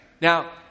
Now